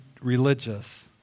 religious